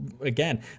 again